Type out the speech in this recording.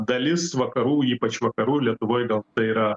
dalis vakarų ypač vakarų lietuvoj gal tai yra